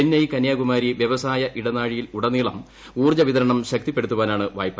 ചെന്നൈ കന്യാകുമാരി വ്യവസായ ഇടനാഴിയിലുടനീളം ഊർജ്ജ വിതരണം ശക്തിപ്പെടുത്താനാണ് വായ്പ